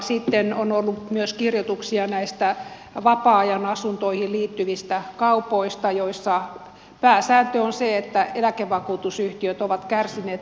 sitten on ollut myös kirjoituksia näistä vapaa ajan asuntoihin liittyvistä kaupoista joissa pääsääntö on se että eläkevakuutusyhtiöt ovat kärsineet tappioita